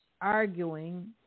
arguing